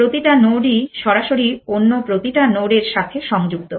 প্রতিটা নোড ই সরাসরি অন্য প্রতিটা নোড এর সাথে সংযুক্ত